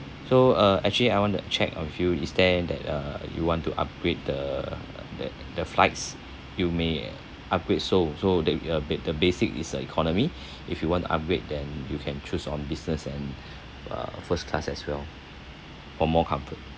so uh actually I want to check on few is there that uh you want to upgrade the that the flights you may upgrade so so that we uh the ba~ the basic is a economy if you want to upgrade then you can choose on business and uh first class as well for more comfort